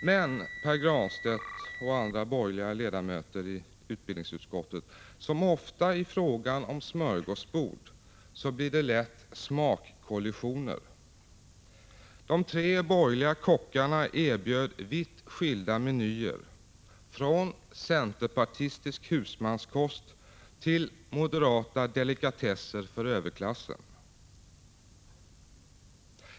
Men, Pär Granstedt och andra borgerliga ledamöter i utbildningsutskottet, som ofta i fråga om smörgåsbord blir det lätt smakkollisioner. De tre borgerliga kockarna erbjöd vitt skilda menyer, från centerpartistisk husmanskost till moderata delikatesser för överklassen.